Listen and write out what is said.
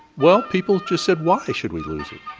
well, people just said, why should we lose it?